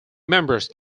members